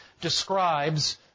describes